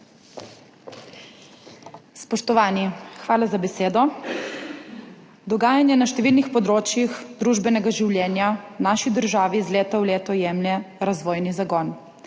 Spoštovani! Hvala za besedo. Dogajanje na številnih področjih družbenega življenja naši državi iz leta v leto jemlje razvojni zagon.